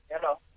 Hello